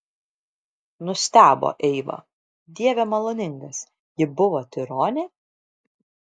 nustebo eiva dieve maloningas ji buvo tironė